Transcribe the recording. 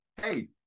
hey